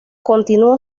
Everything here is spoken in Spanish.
continuó